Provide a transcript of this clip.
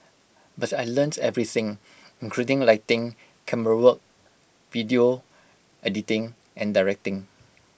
but I learnt everything including lighting camerawork video editing and directing